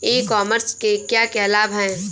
ई commerce के क्या क्या लाभ हैं?